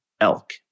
elk